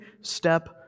step